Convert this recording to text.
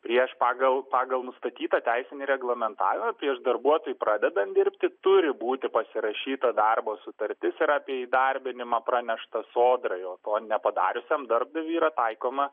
prieš pagal pagal nustatytą teisinį reglamentavimą prieš darbuotojui pradedant dirbti turi būti pasirašyta darbo sutartis ir apie įdarbinimą pranešta sodrai o to nepadariusiam darbdaviui yra taikoma